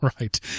right